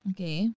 Okay